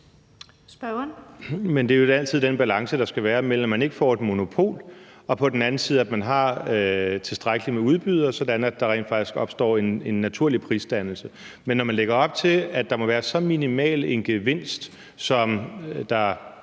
Men det er vel altid den balance, der skal være. Der skal være en balance mellem, at man ikke får et monopol, og at man på den anden side har tilstrækkelig med udbydere, sådan at der rent faktisk opstår en naturlig prisdannelse. Men når man lægger op til, at der må være så minimal en gevinst, som det